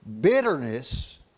bitterness